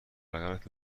قبرت